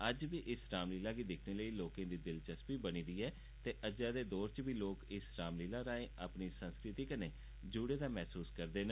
अज्ज बी इस राम लीला गी दिक्खने लेई लोकें दी दिलचस्पी बनी दी ऐ ते अज्जै दे दौर च बी लोक इस राम लीला राएं अपनी संस्कृति कन्नै जुड़े दा मसूस करदे न